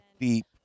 deep